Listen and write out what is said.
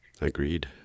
Agreed